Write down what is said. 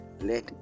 let